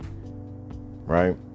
right